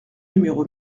numéro